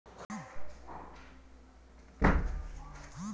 ज्वार बाजरा इ सब भारी होला